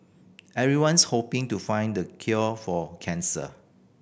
everyone's hoping to find the cure for cancer